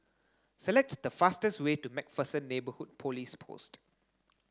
select the fastest way to MacPherson Neighbourhood Police Post